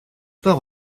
part